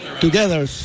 together